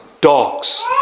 Dogs